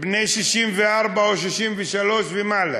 בני 64 או 63 ומעלה,